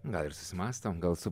gal ir susimąstom gal su